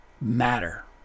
matter